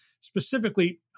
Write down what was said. Specifically